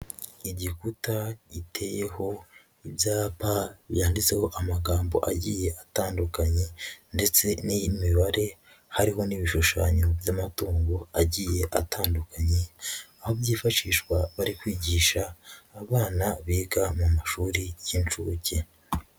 Igikuta giteyeho ibyapa byanditseho amagambo agiye atandukanye ndetse n'iyi mibare, hariho n'ibishushanyo by'amatungo agiye atandukanye, aho byifashishwa bari kwigisha abana biga mu mashuri y'incuke.